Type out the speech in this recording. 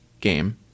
game